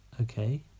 Okay